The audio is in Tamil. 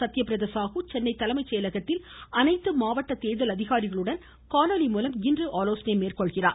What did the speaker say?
சத்யபிரத சாகு சென்னை தலைமை செயலகத்தில் அனைத்து மாவட்ட தேர்தல் அதிகாரிகளுடன் காணொலி மூலம் இன்று ஆலோசனை மேற்கொள்கிறார்